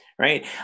right